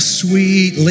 sweet